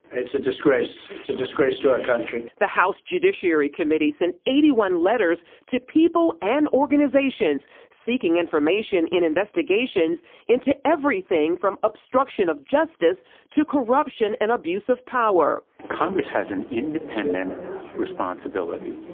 it is a disgrace to disgrace to our country. reporter the house judiciary committee sent eighty one letters to people and organizations seeking information in investigations into everything from obstruction of justice to corruption and abuse of power. congress has an independent responsibility,